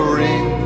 ring